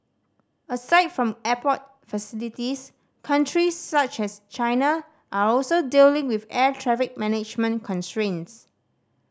aside from airport facilities countries such as China are also dealing with air traffic management constraints